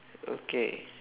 okay